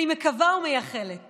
אני מקווה ומייחלת